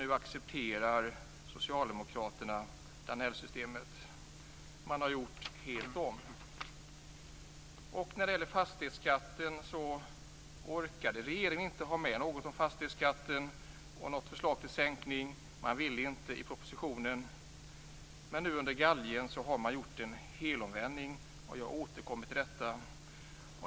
Nu accepterar Socialdemokraterna Danellsystemet. Man har vänt helt om. Regeringen orkade inte ta med något förslag om sänkning av fastighetsskatten. Under galgen har man gjort en helomvändning. Jag återkommer till detta.